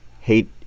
hate